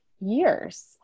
years